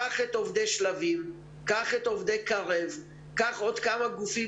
קח את עובדי "שלבים" ואת עובדי "קרב" ועוד כמה גופים